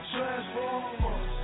Transformers